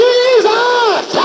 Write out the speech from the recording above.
Jesus